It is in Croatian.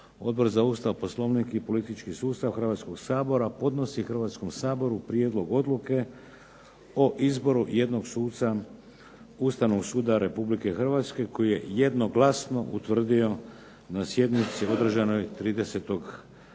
Odbor za Ustav, Poslovnik i politički sustav Hrvatskoga sabora podnosi Hrvatskom saboru prijedlog odluke o izboru jednog suca Ustavnog suda Republike Hrvatske koji je jednoglasno utvrdio na sjednici održanoj 30. lipnja